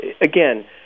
again